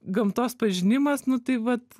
gamtos pažinimas nu tai vat